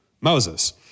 Moses